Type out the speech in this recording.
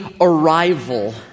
arrival